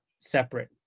separate